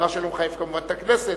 דבר שלא מחייב כמובן את הכנסת,